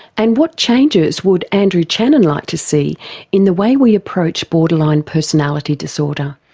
and what changes would andrew channen like to see in the way we approach borderline personality disorder?